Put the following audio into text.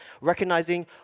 recognizing